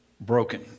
broken